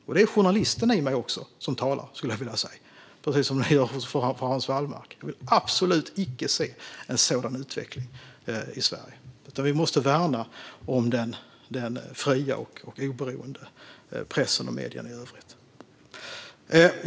Det är också journalisten i mig som talar, skulle jag vilja säga, precis som är fallet för Hans Wallmark. Jag vill absolut icke se en sådan utveckling i Sverige, utan vi måste värna den fria och oberoende pressen och medierna i övrigt.